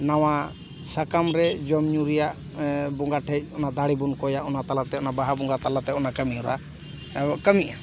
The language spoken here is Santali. ᱱᱟᱣᱟ ᱥᱟᱠᱟᱢ ᱨᱮ ᱡᱚᱢ ᱧᱩ ᱨᱮᱭᱟᱜ ᱵᱚᱸᱜᱟ ᱴᱷᱮᱡ ᱚᱱᱟ ᱫᱟᱲᱮ ᱵᱚᱱ ᱠᱚᱭᱟ ᱚᱱᱟ ᱛᱟᱞᱟᱛᱮ ᱚᱱᱟ ᱵᱟᱦᱟ ᱵᱚᱸᱜᱟ ᱛᱟᱞᱟᱛᱮ ᱚᱱᱟ ᱠᱟᱹᱢᱤ ᱦᱚᱨᱟ ᱠᱟᱹᱢᱤᱜᱼᱟ